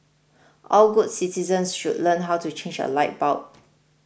all good citizens should learn how to change a light bulb